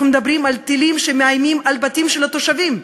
אנחנו מדברים על טילים שמאיימים על הבתים של התושבים,